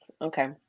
Okay